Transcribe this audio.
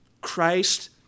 Christ